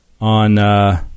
on